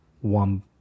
one